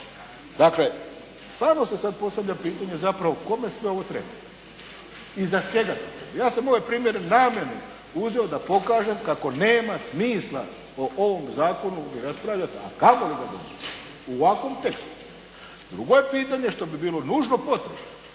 Dakle, stvarno se sad postavlja pitanje zapravo kome sve ovo treba? I za čega treba? Ja sam ove primjere namjerno uzeo da pokažem kako nema smisla po ovom zakonu ni raspravljati a kamoli ga donositi, u ovakvom tekstu. Drugo je pitanje što bi bilo nužno potrebno